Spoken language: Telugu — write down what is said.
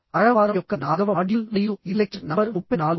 ఆరవ వారం యొక్క నాల్గవ మాడ్యూల్ మరియు ఇది లెక్చర్ నంబర్ 34